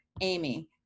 amy